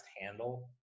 handle